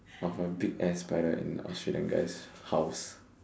of a big ass spider in Australian guy's house